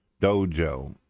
dojo